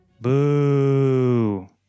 Boo